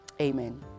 amen